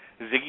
Ziggy